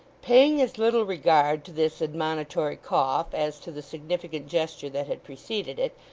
paying as little regard to this admonitory cough, as to the significant gesture that had preceded it,